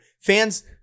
fans